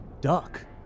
duck